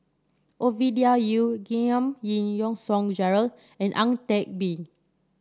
Ovidia Yu Giam Yean Song Gerald and Ang Teck Bee